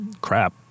crap